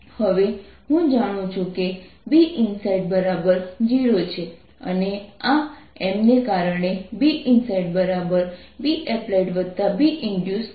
હવે હું જાણું છું કે Binside0 છે અને આ M ને કારણે Binside Bapplied Binduced હોવું જોઈએ